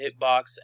Hitbox